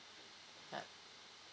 yup